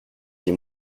dis